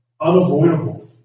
unavoidable